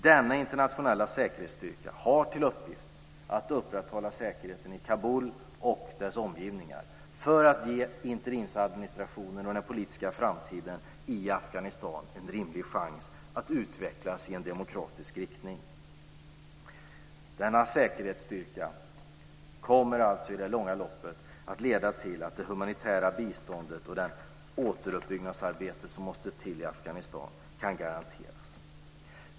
Den internationella säkerhetsstyrkan har till uppgift att upprätthålla säkerheten i Kabul och dess omgivningar för att ge interimsadministrationen och den politiska framtiden i Afghanistan en rimlig chans att utvecklas i en demokratisk riktning. Denna säkerhetsstyrka kommer i det långa loppet att leda till att det humanitära biståndet och det återuppbyggnadsarbete som måste till i Afghanistan kan garanteras.